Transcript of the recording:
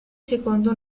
secondo